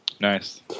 nice